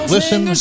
Listen